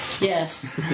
Yes